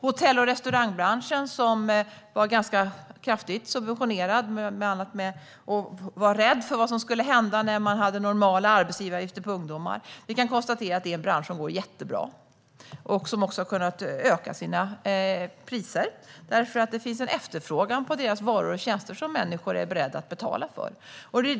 Hotell och restaurangbranschen var ganska kraftigt subventionerad, och man var rädd för vad som skulle hända när man hade normala arbetsgivaravgifter för ungdomar. Vi kan konstatera att det är en bransch som går jättebra, och man har också kunnat öka priserna, eftersom det finns en efterfrågan på deras varor och tjänster, som människor är beredda att betala för.